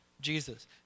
Jesus